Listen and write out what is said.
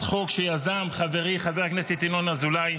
חוק שיזם חברי חבר הכנסת ינון אזולאי